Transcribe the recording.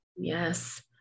Yes